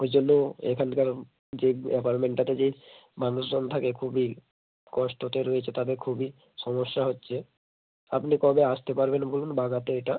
ওই জন্য এখানকার যে অ্যাপার্টমেন্টাতে যে মানুষজন থাকে খুবই কষ্টতে রয়েছে তাদের খুবই সমস্যা হচ্ছে আপনি কবে আসতে পারবেন বলুন বাগাতে এটা